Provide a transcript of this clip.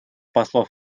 послов